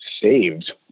saved